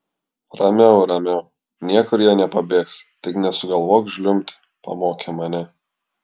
ramiau ramiau niekur jie nepabėgs tik nesugalvok žliumbti pamokė mane